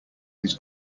his